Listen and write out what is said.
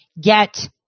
get